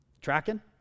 Tracking